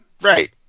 right